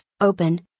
Open